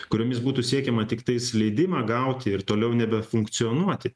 kuriomis būtų siekiama tiktais leidimą gauti ir toliau nebefunkcionuoti